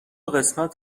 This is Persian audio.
قسمت